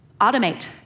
Automate